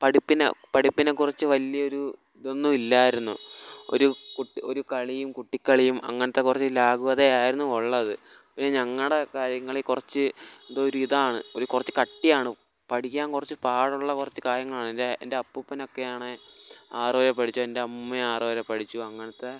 പഠിപ്പിനെ പഠിപ്പിനെക്കുറിച്ച് വലിയൊരു ഇതൊന്നും ഇല്ലായിരുന്നു ഒരു ഒരു കളിയും കുട്ടിക്കളിയും അങ്ങനത്തെ കുറച്ച് ലാഗ്വതയായിരുന്നു ഉള്ളത് പിന്നെ ഞങ്ങളുടെ കാര്യങ്ങളിൽ കുറച്ച് ഇത് ഒരിതാണ് ഒരു കുറച്ച് കട്ടിയാണ് പഠിക്കാൻ കുറച്ച് പാടുള്ള കുറച്ച് കാര്യങ്ങളാണ് എൻ്റെ അപ്പൂപ്പനൊക്കെയാണ് ആറു വരെ പഠിച്ചു എൻ്റെ അമ്മുമ്മ ആറു വരെ പഠിച്ചു അങ്ങനത്തെ